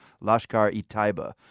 Lashkar-e-Taiba